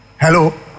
Hello